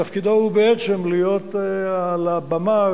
ותפקידו הוא בעצם להיות על הבמה